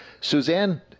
Suzanne